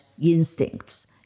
instincts